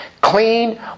clean